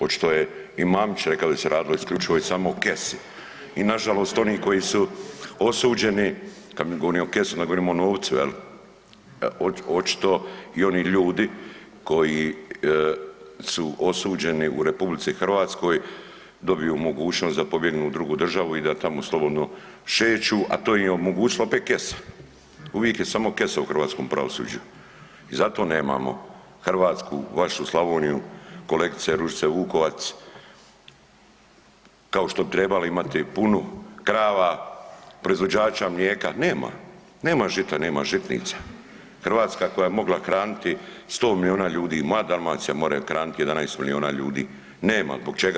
Očito je i Mamić rekao da se je radilo isključivo i samo o kesi i nažalost oni koji su osuđeni, kad mi govorimo o kesi onda govorimo o novcu jel, očito i oni ljudi koji su osuđeni u RH dobiju mogućnost da pobjegnu u drugu državu i da tamo slobodno šeću, a to im je omogućila opet kesa, uvik je samo kesa u hrvatskom pravosuđu i zato nemamo Hrvatsku, vašu Slavoniju kolegice Ružice Vukovac, kao što bi trebali imati punu krava, proizvođača mlijeka, nema, nema žita, nema žitnica Hrvatska koja bi mogla hraniti 100 milijona ljudi, moja Dalmacija more hranit 11 milijona ljudi, nema, zbog čega?